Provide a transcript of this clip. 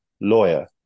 lawyer